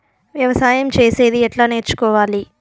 వ్యవసాయం చేసేది ఎట్లా నేర్చుకోవాలి?